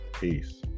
peace